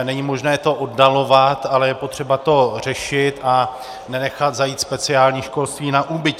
Není možné to oddalovat, ale je potřeba to řešit a nenechat zajít speciální školství na úbytě.